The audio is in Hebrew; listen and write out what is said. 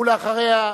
ואחריה,